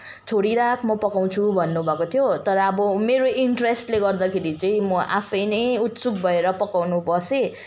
छोडिराख म पकाउँछु भन्नुभएको थियो तर अब मेरो इन्ट्रेस्टले गर्दाखेरि चाहिँ म आफै नै उत्सुक भएर पकाउन पसेँ